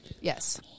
Yes